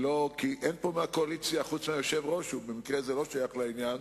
כדאי להמשיך, אתה רוצה להמשיך ברמת עשר דקות, ?